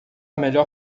melhor